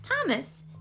Thomas